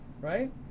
Right